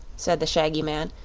said the shaggy man.